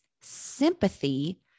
sympathy